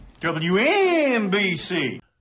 WNBC